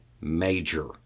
major